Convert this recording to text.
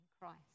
Christ